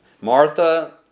Martha